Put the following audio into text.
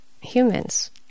humans